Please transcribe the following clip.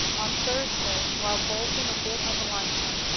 on thursday, while bolting a bit of luncheon,